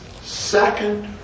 second